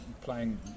playing